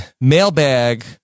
Mailbag